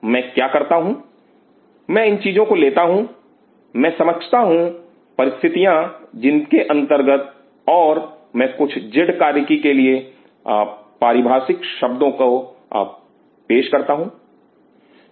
मैं क्या करता हूं मैं इन चीजों को लेता हूं मैं समझता हूं परिस्थितियां जिनके अंतर्गत और मैं कुछ जेड कार्यकी के लिए पारिभाषिक शब्दों को पेश करता हूं